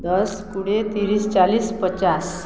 ଦଶ କୋଡ଼ିଏ ତିରିଶ ଚାଳିଶ ପଚାଶ